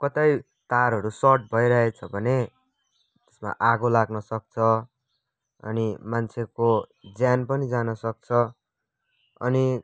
कतै तारहरू सर्ट भइरहेछ भने यसमा आगो लाग्न सक्छ अनि मान्छेको ज्यान पनि जान सक्छ अनि